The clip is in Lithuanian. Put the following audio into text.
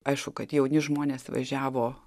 aišku kad jauni žmonės važiavo